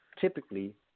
typically